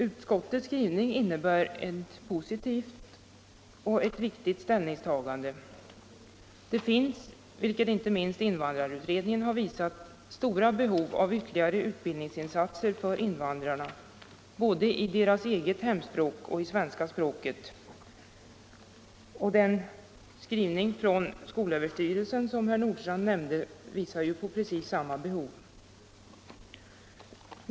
Utskottets skrivning innebär ett positivt och viktigt ställningstagande. Det finns — vilket inte minst invandrarutredningen har visat — stora behov av ytterligare utbildningsinsatser för invandrarna, både i deras eget hemspråk och i svenska språket. Skolöverstyrelsens skrivning, som herr Nordstrandh nämnde, visar på precis samma behov.